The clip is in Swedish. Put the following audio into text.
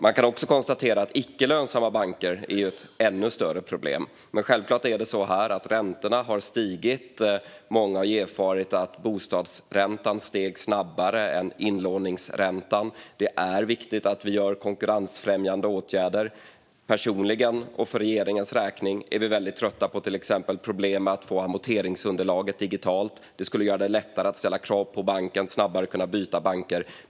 Man kan också konstatera att icke lönsamma banker är ett ännu större problem. Men räntorna har stigit, och många har erfarit att bostadsräntan steg snabbare än inlåningsräntan. Det är viktigt att göra konkurrensfrämjande åtgärder. Jag och regeringen är till exempel väldigt trötta på problemet med att man inte kan få amorteringsunderlaget digitalt. Fick man det skulle det bli lättare att ställa krav på banken och att snabbare kunna byta bank.